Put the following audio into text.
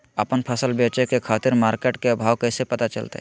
आपन फसल बेचे के खातिर मार्केट के भाव कैसे पता चलतय?